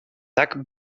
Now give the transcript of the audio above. tak